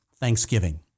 Thanksgiving